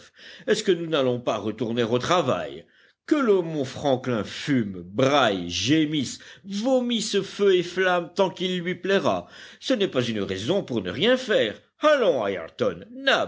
est-ce que nous n'allons pas retourner au travail que le mont franklin fume braille gémisse vomisse feu et flammes tant qu'il lui plaira ce n'est pas une raison pour ne rien faire